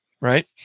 right